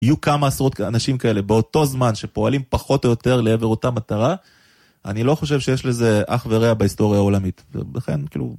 יהיו כמה עשרות אנשים כאלה באותו זמן שפועלים פחות או יותר לעבר אותה מטרה. אני לא חושב שיש לזה אח ורע בהיסטוריה העולמית. ולכן כאילו...